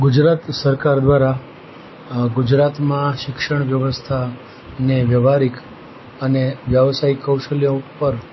ગુજરાત સરકાર દ્વારા ગુજરાતમાં શિક્ષણ વ્યવસ્થાને વ્યવહારિક અને વ્યવસાયિક કૌશલ્ય ઉપર